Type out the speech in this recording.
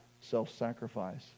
self-sacrifice